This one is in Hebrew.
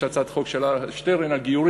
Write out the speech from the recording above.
יש הצעת חוק של שטרן על גיורים.